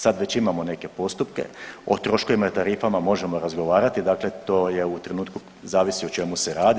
Sad već imamo neke postupke, o troškovima i tarifama možemo razgovarati, dakle to je u trenutku zavisi o čemu se radi.